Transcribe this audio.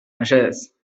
mesedez